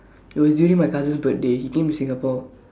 it was during my cousin's birthday he came to Singapore